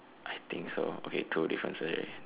I think so okay two differences already